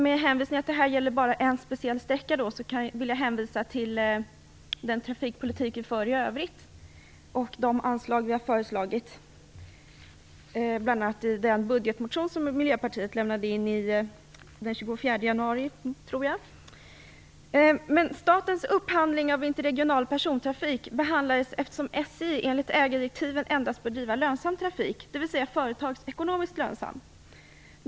Men tanke på att detta bara gäller en speciell sträcka kan jag hänvisa till den trafikpolitik som vi för i övrigt och de anslag som vi har föreslagit i bl.a. den budgetmotion som Miljöpartiet lämnade in den 24 januari. Herr talman! Nu behandlas statens upphandling av interregional persontrafik. SJ bör enligt ägardirektiven endast driva lönsam trafik, dvs. företagsekonomiskt lönsam.